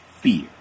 fear